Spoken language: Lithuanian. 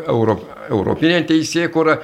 euro europine teisėkūra